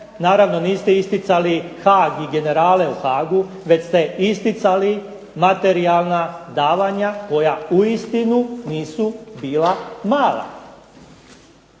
tome niste isticali Haag i generale u Haagu već ste isticali materijalna davanja koja uistinu nisu bila mala.